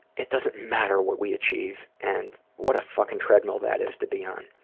it doesn't matter what we achieve and what a fucking treadmill that is to be on.